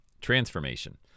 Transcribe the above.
transformation